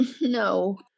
no